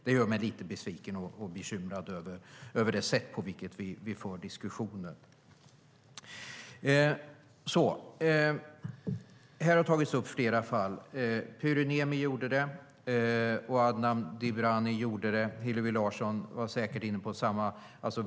Jag blir både besviken och bekymrad över det sätt på vilket vi för diskussionen. Här har tagits upp flera fall. Pyry Niemi gjorde det, Adnan Dibrani gjorde det och Hillevi Larsson var säkert inne på samma spår.